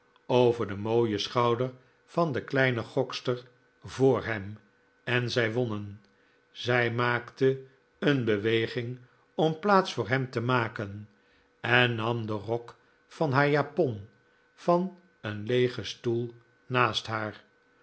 over de mooie schouder van de kleine gokster voor hem en zij wonnen zij maakte een beweging om plaats voor hem te maken en nam den rok van haar japon van een leegen stoel naast haar